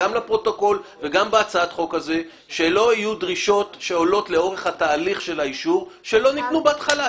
שיהיו דרישות שעולות לאורך התהליך של האישור ולא ניתנו בהתחלה.